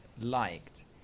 liked